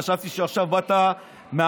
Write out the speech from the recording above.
חשבתי שעכשיו באת מהמאדים.